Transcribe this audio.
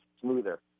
smoother